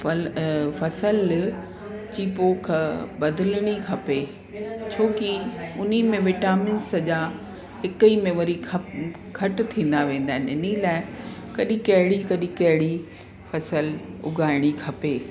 फल फसल जी पोख बदलणी खपे छो की उनमें विटामिन सॼा हिकु ई में वरी घटि थींदा वेंदा आहिनि इन लाइ कडी कहिड़ी कडहिं कहिड़ी फसल उगाइणी खपे